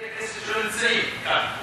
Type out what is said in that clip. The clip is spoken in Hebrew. חברי הכנסת שלא נמצאים כאן?